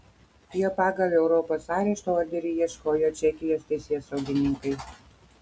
jo pagal europos arešto orderį ieškojo čekijos teisėsaugininkai